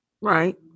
Right